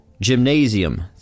Gymnasium